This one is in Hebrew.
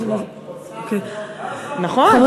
נכון, אנחנו ממתינים לו.